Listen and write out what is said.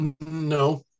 No